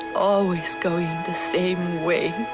always going the same way.